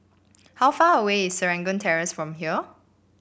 how far away is Serangoon Terrace from here